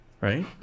right